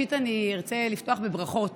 ראשית אני ארצה לפתוח בברכות